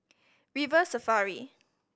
River Safari